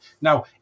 Now